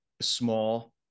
small